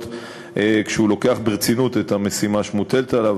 כשהוא לוקח ברצינות את המשימה שמוטלת עליו.